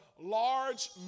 large